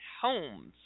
homes